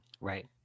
Right